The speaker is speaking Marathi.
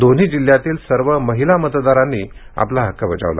दोन्ही जिल्ह्यातील सर्व महिला मतदारांनी मतदानाचा हक्क बजावला